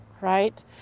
right